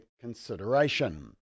consideration